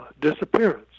disappearance